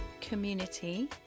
community